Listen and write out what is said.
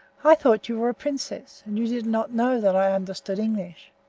i thought you were a princess, and you did not know that i understood english.